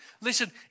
listen